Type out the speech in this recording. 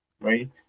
right